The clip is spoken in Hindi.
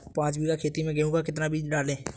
पाँच बीघा खेत में गेहूँ का कितना बीज डालें?